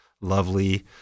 lovely